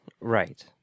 Right